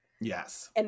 Yes